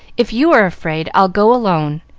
if you are afraid, i'll go alone.